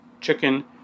chicken